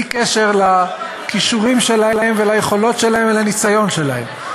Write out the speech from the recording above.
בלי קשר לכישורים שלהם וליכולת שלהם ולניסיון שלהם,